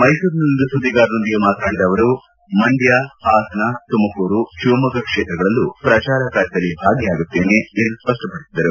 ಮೈಸೂರಿನಲ್ಲಿಂದು ಸುದ್ವಿಗಾರರೊಂದಿಗೆ ಮಾತನಾಡಿದ ಅವರು ಮಂಡ್ಯ ಹಾಸನ ತುಮಕೂರು ಶಿವಮೊಗ್ಗ ಕ್ಷೇತ್ರಗಳಲ್ಲೂ ಪ್ರಜಾರ ಕಾರ್ಯದಲ್ಲಿ ಭಾಗಿಯಾಗುತ್ತೇನೆ ಎಂದು ಸ್ಪಷ್ಟಪಡಿಸಿದರು